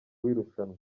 w’irushanwa